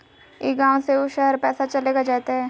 ई गांव से ऊ शहर पैसा चलेगा जयते?